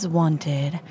wanted